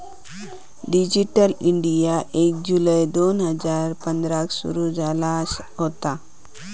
digital India एक जुलै दोन हजार पंधराक सुरू झाला होता